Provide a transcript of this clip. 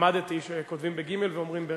למדתי שכותבים בגימ"ל ואומרים בעי"ן.